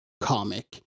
comic